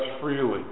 freely